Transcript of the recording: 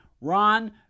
Ron